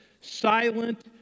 silent